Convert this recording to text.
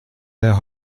der